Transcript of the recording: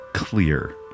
clear